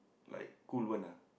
like cool one ah